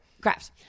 Crafts